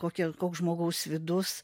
kokia koks žmogaus vidus